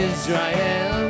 Israel